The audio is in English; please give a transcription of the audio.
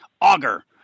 auger